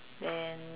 then